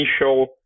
initial